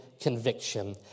conviction